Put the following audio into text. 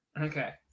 Okay